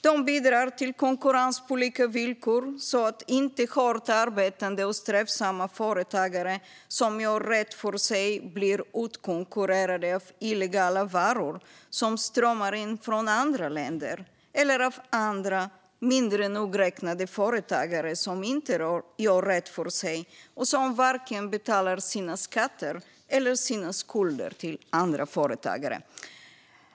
De bidrar till konkurrens på lika villkor, så att inte hårt arbetande och strävsamma företagare som gör rätt för sig blir utkonkurrerade av illegala varor som strömmar in från andra länder eller av mindre nogräknade företagare som inte gör rätt för sig och som inte betalar vare sig sina skatter eller sina skulder till andra företagare.